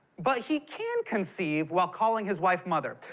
but he can conceive while calling his wife mother.